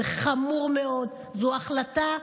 זה חמור מאוד, זו ההחלטה.